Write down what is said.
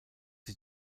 sie